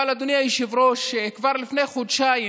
אבל, אדוני היושב-ראש, כבר לפני חודשיים